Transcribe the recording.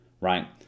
right